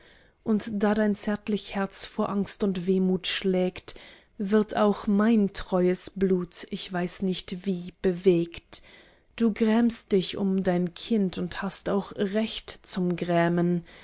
und da dein zärtlich herz vor angst und wehmut schlägt wird auch mein treues blut ich weiß nicht wie bewegt du grämst dich um dein kind und hast auch recht zum grämen